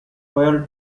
royal